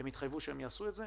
הם התחייבו שהם יעשו את זה,